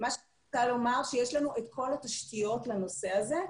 מה שאני רוצה לומר זה שיש לנו את כל התשתיות לנושא הזה,